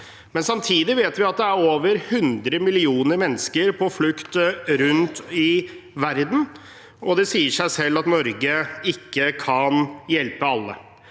Samtidig vet vi at det er over 100 millioner mennesker på flukt rundt om i verden, og det sier seg selv at Norge ikke kan hjelpe alle.